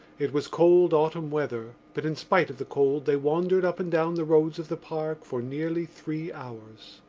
it was cold autumn weather but in spite of the cold they wandered up and down the roads of the park for nearly three hours.